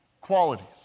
qualities